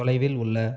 தொலைவில் உள்ள